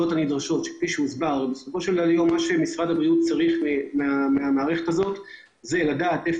מה שמשרד הבריאות צריך לדעת מהמערכת הזאת זה איפה